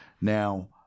Now